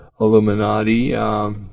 Illuminati